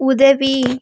உதவி